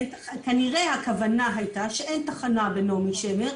כנראה הכוונה הייתה שאין תחנה בנעמי שמר,